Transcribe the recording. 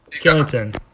Killington